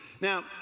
Now